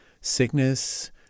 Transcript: sickness